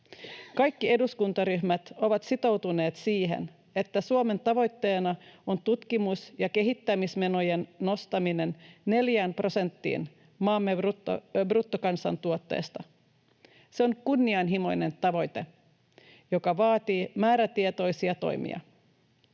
Kaikki eduskuntaryhmät ovat sitoutuneet siihen, että Suomen tavoitteena on tutkimus- ja kehittämismenojen nostaminen neljään prosenttiin maamme bruttokansantuotteesta. Se on kunnianhimoinen tavoite, joka vaatii määrätietoisia toimia.